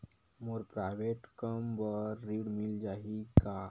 मोर private कम बर ऋण मिल जाही का?